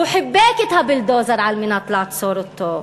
הוא חיבק את הבולדוזר כדי לעצור אותו.